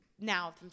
now